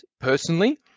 personally